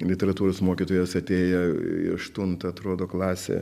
literatūros mokytojas atėję į aštuntą atrodo klasę